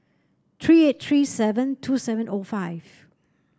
three eight three seven two seven O five